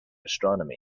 astronomy